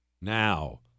Now